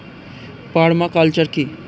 Parma culture কি?